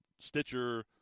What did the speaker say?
Stitcher